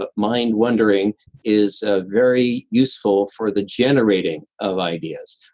but mind wondering is a very useful for the generating of ideas.